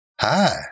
Hi